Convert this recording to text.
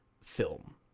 film